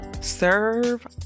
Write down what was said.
serve